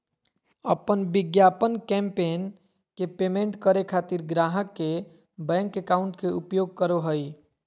अपन विज्ञापन कैंपेन के पेमेंट करे खातिर ग्राहक के बैंक अकाउंट के उपयोग करो हइ